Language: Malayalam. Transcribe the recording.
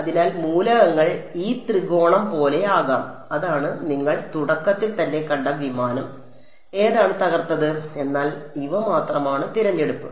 അതിനാൽ മൂലകങ്ങൾ ഈ ത്രികോണം പോലെയാകാം അതാണ് നിങ്ങൾ തുടക്കത്തിൽ തന്നെ കണ്ട വിമാനം ഏതാണ് തകർന്നത് എന്നാൽ ഇവ മാത്രമാണ് തിരഞ്ഞെടുപ്പ്